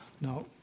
no